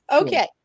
Okay